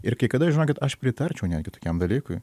ir kai kada žinokit aš pritarčiau netgi tokiam dalykui